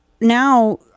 now